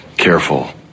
Careful